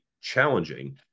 challenging